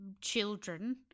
children